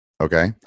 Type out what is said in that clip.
Okay